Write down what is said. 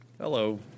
Hello